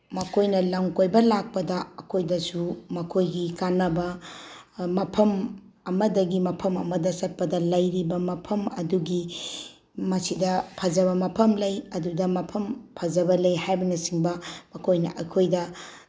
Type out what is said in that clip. ꯃꯈꯣꯏꯅ ꯂꯝ ꯀꯣꯏꯕ ꯂꯥꯛꯄꯗ ꯑꯩꯈꯣꯏꯗꯁꯨ ꯃꯈꯣꯏꯒꯤ ꯀꯥꯟꯅꯕ ꯃꯐꯝ ꯑꯃꯗꯒꯤ ꯃꯐꯝ ꯑꯃꯗ ꯆꯠꯄꯗ ꯂꯩꯔꯤꯕ ꯃꯐꯝ ꯑꯗꯨꯒꯤ ꯃꯁꯤꯗ ꯐꯖꯕ ꯃꯐꯝ ꯂꯩ ꯑꯗꯨꯗ ꯃꯐꯝ ꯐꯖꯕ ꯂꯩ ꯍꯥꯏꯕꯅꯆꯤꯡꯕ ꯃꯈꯣꯏꯅ ꯑꯩꯈꯣꯏꯗ